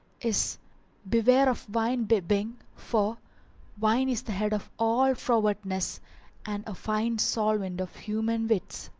is beware of wine-bibbing, for wine is the head of all frowardness and a fine solvent of human wits.